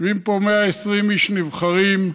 יושבים פה 120 איש נבחרים,